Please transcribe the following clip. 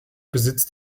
besitzt